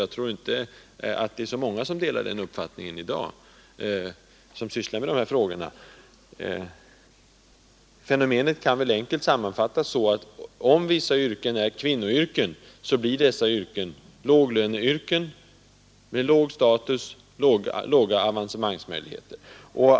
Jag tror inte att många av dem som sysslar med dessa frågor delar den uppfattningen i dag. Fenomenet kan väl enkelt sammanfattas så här: Om vissa yrken är kvinnoyrken blir de låglöneyrken med låg status och dåliga avancemangsmöjligheter.